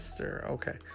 Okay